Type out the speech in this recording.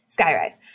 Skyrise